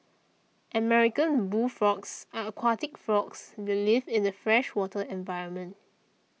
American bullfrogs are aquatic frogs that live in a freshwater environment